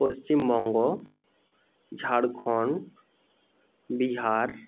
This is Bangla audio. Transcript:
পশ্চিমবঙ্গ ঝাড়খন্ড বিহার